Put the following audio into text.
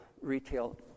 retail